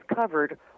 covered